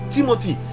Timothy